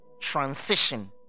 transition